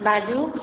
बाजू